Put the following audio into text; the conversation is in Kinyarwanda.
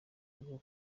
rwo